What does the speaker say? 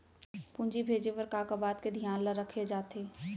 पूंजी भेजे बर का का बात के धियान ल रखे जाथे?